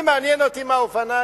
אני, מעניין אותי מהאופניים?